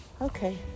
Okay